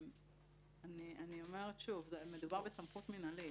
אני אומרת שוב מדובר בסמכות מנהלית.